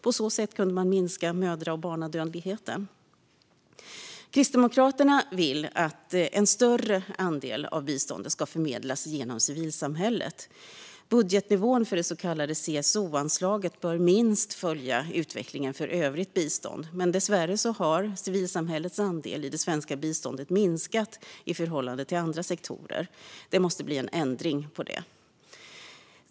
På så sätt kunde mödra och barnadödligheten minskas. Kristdemokraterna vill att en större andel av biståndet ska förmedlas genom civilsamhället. Budgetnivån för det så kallade CSO-anslaget bör minst följa utvecklingen för övrigt bistånd, men dessvärre har civilsamhällets andel i det svenska biståndet minskat i förhållande till andra sektorer. Det måste bli ändring på det.